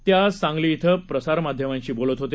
ते आज सांगली डिं प्रसार माध्यमांशी बोलत होते